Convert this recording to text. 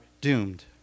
doomed